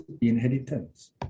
inheritance